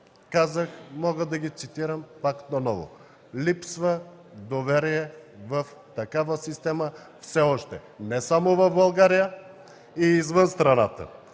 казах, мога да ги цитирам пак наново, липсва доверие в такава система все още, не само в България, а и извън страната.